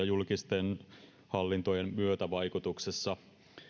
julkisten hallintojen myötävaikutuksessa